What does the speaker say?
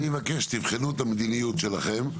אני מבקש שתבחנו את המדיניות שלכם.